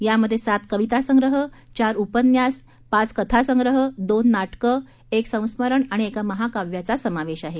यामध्ये सात कविता संग्रह चार उपन्यास पाच कथा संग्रह दोन नाटकं क्रि संस्मरण आणि क्रि महाकाव्याचा समावेश आहे